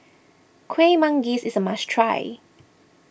Kuih Manggis is a must try